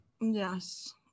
yes